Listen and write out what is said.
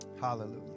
Hallelujah